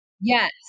Yes